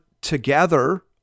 together